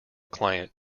client